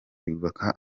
yubaka